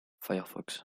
firefox